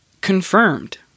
confirmed